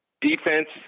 defense